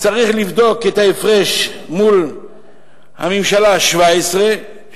צריך לבדוק את ההפרש מול הממשלה השבע-עשרה,